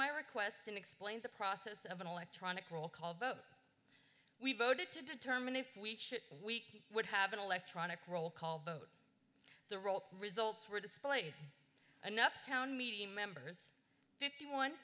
my request and explained the process of an electronic roll call vote we voted to determine if we would have an electronic roll call vote the roll results were displayed enough town meeting members fifty one